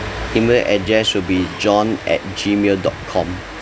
email address will be john at gmail dot com